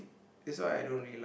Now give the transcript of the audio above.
that's why I don't really like